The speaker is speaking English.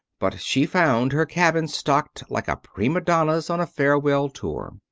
but she found her cabin stocked like a prima donna's on a farewell tour.